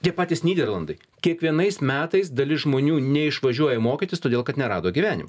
tie patys nyderlandai kiekvienais metais dalis žmonių neišvažiuoja mokytis todėl kad nerado gyvenimo